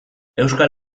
euskal